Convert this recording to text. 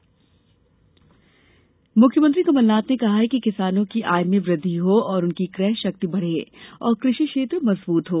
मुख्यमंत्री मुख्यमंत्री कमलनाथ ने कहा है कि किसानों की आय में वृद्धि हो और उनकी क्रय शक्ति बढ़े और कृषि क्षेत्र मजबूत हो